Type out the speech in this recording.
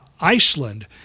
Iceland